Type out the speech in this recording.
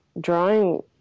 drawing